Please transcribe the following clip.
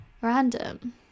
Random